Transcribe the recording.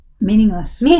Meaningless